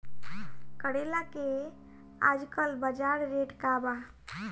करेला के आजकल बजार रेट का बा?